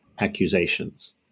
Accusations